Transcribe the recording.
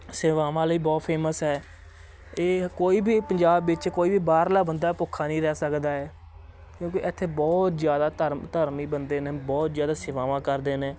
ਸੇਵਾਵਾਂ ਲਈ ਬਹੁਤ ਫੇਮਸ ਹੈ ਇਹ ਕੋਈ ਵੀ ਪੰਜਾਬ ਵਿੱਚ ਕੋਈ ਵੀ ਬਾਹਰਲਾ ਬੰਦਾ ਭੁੱਖਾ ਨਹੀਂ ਰਹਿ ਸਕਦਾ ਹੈ ਕਿਉਂਕਿ ਇੱਥੇ ਬਹੁਤ ਜ਼ਿਆਦਾ ਧਰਮ ਧਰਮੀ ਬੰਦੇ ਨੇ ਬਹੁਤ ਜ਼ਿਆਦਾ ਸੇਵਾਵਾਂ ਕਰਦੇ ਨੇ